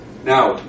Now